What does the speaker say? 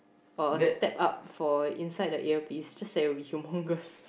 or a steep up for inside the earpiece just that we can